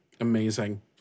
amazing